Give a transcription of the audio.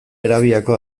arabiako